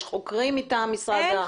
יש חוקרים מטעם משרד הפנים?